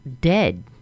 dead